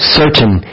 certain